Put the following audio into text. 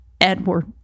Edward